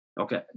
okay